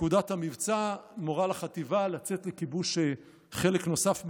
פקודת המבצע מורה לחטיבה לצאת לכיבוש חלק נוסף ברצועה.